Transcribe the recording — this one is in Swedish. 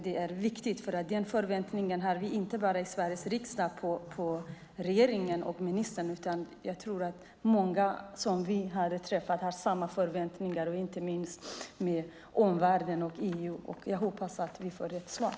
Detta är viktigt eftersom det inte bara är i Sveriges riksdag som vi har dessa förväntningar på regeringen och ministern, utan jag tror att många som vi har träffat har samma förväntningar, inte minst i omvärlden och EU. Jag hoppas att vi får rätt svar.